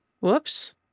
Whoops